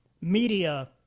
media